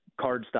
cardstock